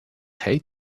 hate